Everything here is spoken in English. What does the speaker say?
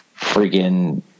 freaking